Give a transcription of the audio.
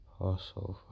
Passover